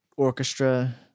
orchestra